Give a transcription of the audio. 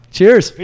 Cheers